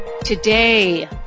Today